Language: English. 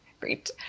Great